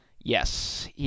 yes